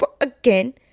again